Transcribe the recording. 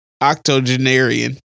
octogenarian